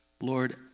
Lord